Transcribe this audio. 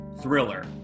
Thriller